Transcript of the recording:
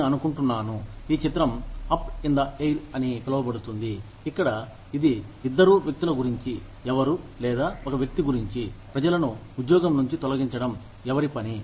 నేను అనుకుంటున్నాను ఈ చిత్రం అప్ ఇన్ ద ఎయిర్ అని పిలువబడుతుంది ఇక్కడ ఇది ఇద్దరూ వ్యక్తుల గురించి ఎవరు లేదా ఒక వ్యక్తి గురించి ప్రజలను ఉద్యోగం నుంచి తొలగించడం ఎవరి పని